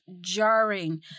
jarring